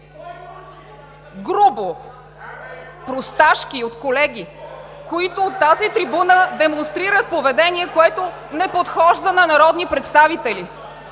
…просташки от колеги, които от тази трибуна демонстрират поведение, което не подхожда на народни представители!